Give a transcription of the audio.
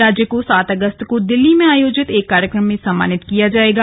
राज्य को सात अगस्त को दिल्ली में आयोजित एक कार्यक्रम में सम्मानित किया जाएगा